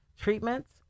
treatments